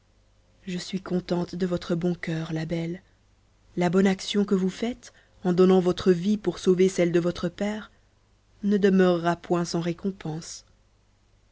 je suis contente de votre bon cœur la belle la bonne action que vous faites en donnant votre vie pour sauver celle de votre père ne demeurera point sans récompense